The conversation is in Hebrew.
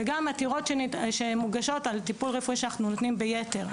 וגם עתירות שמוגשות על טיפול רפואי שאנחנו נותנים ביתר.